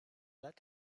lead